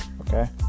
okay